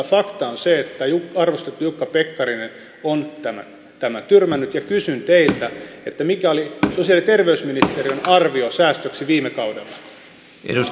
fakta on se että arvostettu jukka pekkarinen on tämän tyrmännyt ja kysyn teiltä mikä oli sosiaali ja terveysministeriön arvio säästöksi viime kaudella